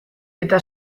eta